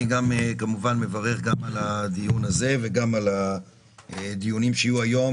אני כמובן גם מברך על הדיון הזה וגם על הדיונים שיהיו היום,